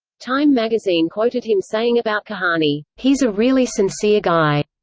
time magazine quoted him saying about kahane, he's a really sincere guy.